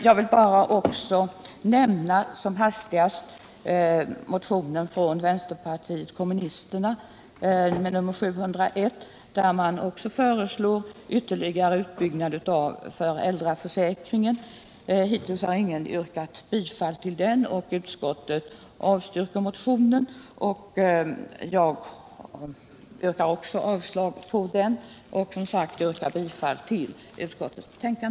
Jag vill också som hastigast nämna motionen från vänsterpartiet kommunisterna med nr 701, där man också föreslår ytterligare utbyggnad av föräldraförsäkringen. Hittills har ingen yrkat bifall till motionen. Utskottet avstyrker den, och jag yrkar också avslag på den. Och jag yrkar som sagt bifall till utskottets hemställan.